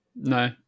No